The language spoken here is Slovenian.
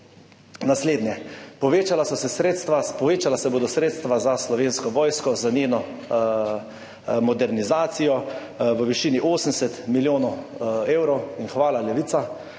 Naslednje. Povečala se bodo sredstva za Slovensko vojsko, za njeno modernizacijo v višini 80 milijonov evrov. Hvala, levica,